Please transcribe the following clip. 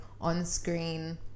on-screen